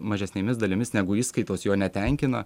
mažesnėmis dalimis negu išskaitos jo netenkina